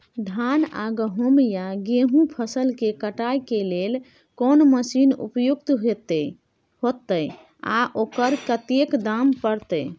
धान आ गहूम या गेहूं फसल के कटाई के लेल कोन मसीन उपयुक्त होतै आ ओकर कतेक दाम परतै?